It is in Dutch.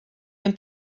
een